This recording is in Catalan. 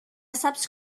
saps